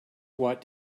watt